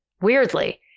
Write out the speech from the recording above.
Weirdly